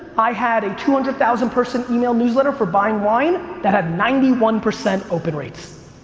i had a two hundred thousand person email newsletter for buying wine that had ninety one percent open rates.